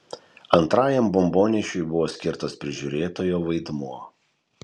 antrajam bombonešiui buvo skirtas prižiūrėtojo vaidmuo